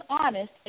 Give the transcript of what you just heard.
honest